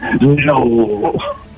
No